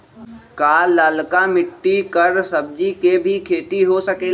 का लालका मिट्टी कर सब्जी के भी खेती हो सकेला?